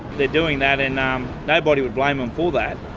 they're doing that, and nobody would blame them for that.